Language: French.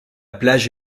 plage